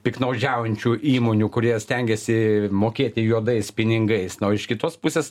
piktnaudžiaujančių įmonių kurie stengiasi mokėti juodais pinigais na o iš kitos pusės